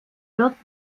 wird